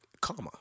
comma